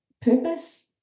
Purpose